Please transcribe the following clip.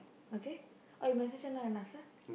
okay or you message her now and ask her